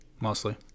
Mostly